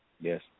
Yes